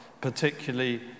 particularly